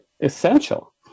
essential